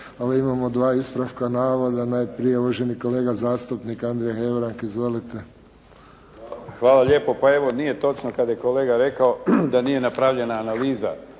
Ali imamo dva ispravka navoda. Najprije uvaženi kolega zastupnik Andrija Hebrang izvolite. **Hebrang, Andrija (HDZ)** Hvala lijepo. Pa evo, nije točno kada je kolega rekao da nije napravljena analiza